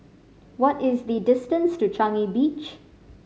what is the distance to Changi Beach